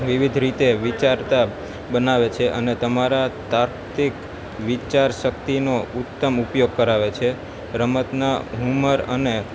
વિવિધ રીતે વિચારતા બનાવે છે અને તમારા તાર્કીક વિચાર શક્તિનું ઉતમ ઉપયોગ કરાવે છે રમતના હુનર અને